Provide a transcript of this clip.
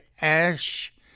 Ash